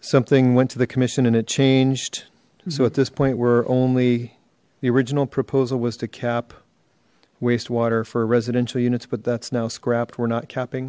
something went to the commission and it changed so at this point we're only the original proposal was to cap wastewater for residential units but that's now scrapped we're not capping